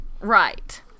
right